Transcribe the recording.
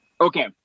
Okay